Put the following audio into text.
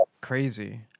Crazy